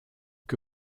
que